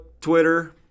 Twitter